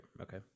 okay